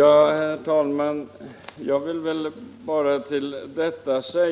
Herr talman! Jag vill bara tillägga att det